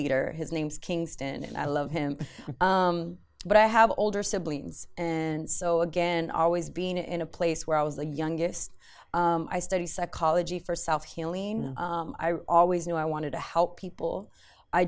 leader his name's kingston and i love him but i have older siblings and so again always being in a place where i was the youngest i studied psychology for south healing i always knew i wanted to help people i